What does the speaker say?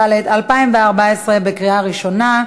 2), התשע"ד 2014, בקריאה ראשונה.